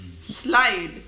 Slide